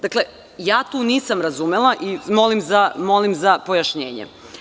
Ja to nisam razumela i molim za pojašnjenje.